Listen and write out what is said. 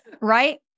Right